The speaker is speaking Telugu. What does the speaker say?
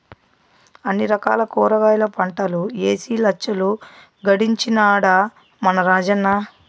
అన్ని రకాల కూరగాయల పంటలూ ఏసి లచ్చలు గడించినాడ మన రాజన్న